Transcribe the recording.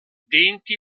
denti